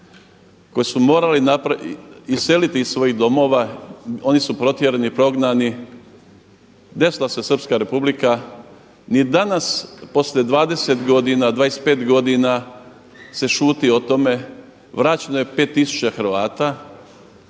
koji su morali iseliti iz svojih doma, oni su protjerani, prognani, desila se Srpska Republika, ni danas poslije 20 godina, 25 godina se šuti o tome vraćeno je 5000 Hrvata.